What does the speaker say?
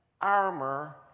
armor